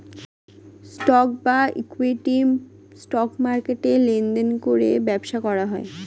stock বা equity, stock মার্কেটে লেনদেন করে ব্যবসা করা হয়